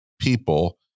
people